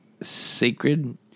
sacred